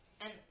And-